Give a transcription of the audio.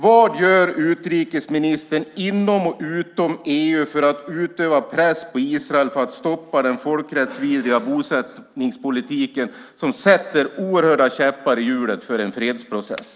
Vad gör utrikesministern inom och utom EU för att utöva press på Israel för att stoppa den folkrättsvidriga bosättningspolitiken som sätter oerhört stora käppar i hjulet för en fredsprocess?